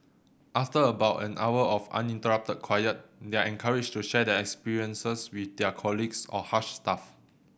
after about an hour of uninterrupted quiet they are encouraged to share their experiences with their colleagues or Hush staff